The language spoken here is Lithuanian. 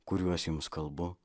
kuriuos jums kalbu